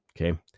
Okay